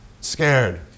scared